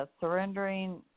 surrendering